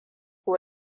ko